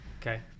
okay